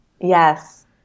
Yes